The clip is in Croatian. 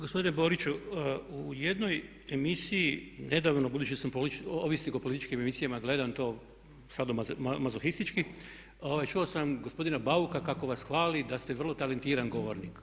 Gospodine Boriću, u jednoj emisiji nedavno, budući da sam ovisnik o političkim emisijama, gledam to sadomahohistički, čuo sam gospodina Bauka kako vas hvali da ste vrlo talentiran odvjetnik.